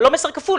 זה לא מסר כפול,